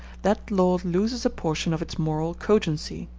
that law loses a portion of its moral cogency.